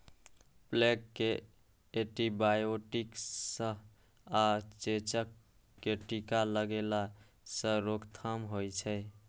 plague कें antibiotic सं आ चेचक कें टीका लगेला सं रोकथाम होइ छै